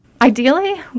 Ideally